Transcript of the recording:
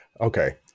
Okay